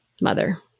mother